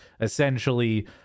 essentially